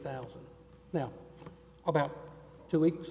thousand now about two weeks